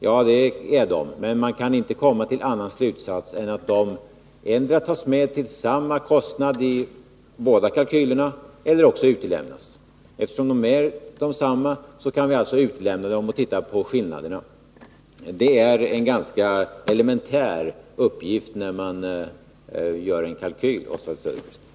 Ja, det är de, men man kan inte komma till annan slutsats än att de endera tas med till samma kostnader i båda kalkylerna eller också utelämnas. Eftersom de är desamma kan vi alltså utelämna dem och titta på skillnaderna. Det är en ganska elementär uppgift när man gör en kalkyl, Oswald Söderqvist.